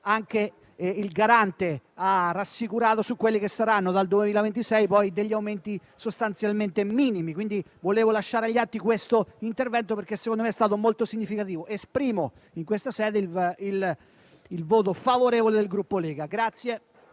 e il Garante ha rassicurato sul fatto che dal 2026 gli aumenti saranno sostanzialmente minimi. Volevo lasciare agli atti questo intervento, perché secondo me è stato molto significativo. Esprimo in questa sede il voto favorevole del Gruppo Lega.